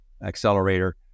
accelerator